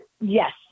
Yes